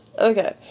Okay